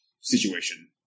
situation